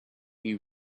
you